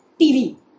TV